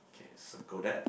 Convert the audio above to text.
okay circle that